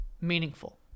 meaningful